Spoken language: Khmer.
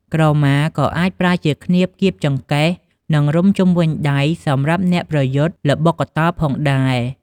ក្រមាក៏អាចប្រើជាឃ្នៀបគៀបចង្កេះ និងរុំជុំវិញដៃរបស់អ្នកប្រយុទ្ធល្បុក្កតោផងដែរ។